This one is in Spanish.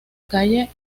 calle